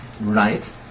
right